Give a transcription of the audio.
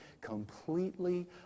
completely